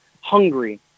hungry